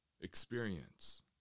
experience